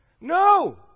No